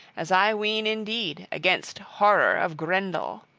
as i ween indeed, against horror of grendel.